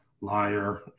liar